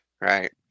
Right